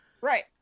Right